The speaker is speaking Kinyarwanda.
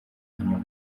inyuma